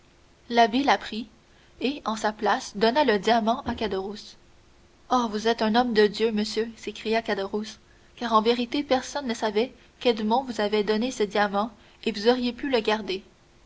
l'abbé la prit et en sa place donna le diamant à caderousse oh vous êtes un homme de dieu monsieur s'écria caderousse car en vérité personne ne savait qu'edmond vous avait donné ce diamant et vous auriez pu le garder